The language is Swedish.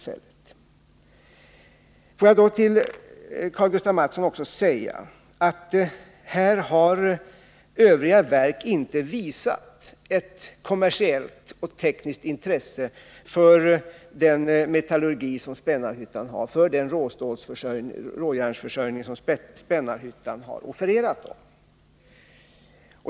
Får jag till Karl-Gustaf Mathsson också säga att övriga verk inte har visat ett kommersiellt eller tekniskt intresse för den metallurgi som Spännarhyttan har, för den råjärnsförsörjning som Spännarhyttan har offererat dem.